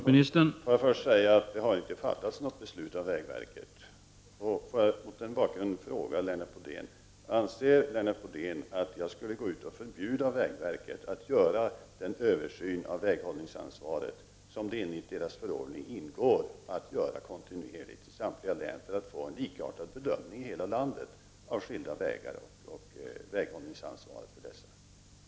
Herr talman! Jag vill först säga att vägverket inte har fattat något beslut. Mot denna bakgrund vill jag ställa en fråga till Lennart Bodén. Anser Lennart Bodén att jag skall gå ut och förbjuda vägverket att göra den översyn av väghållningsansvaret som vägverket enligt sin förordning skall göra kontinuerligt i samtliga län för att få en likartad bedömning i hela landet av skilda vägar och väghållningsansvaret för dessa?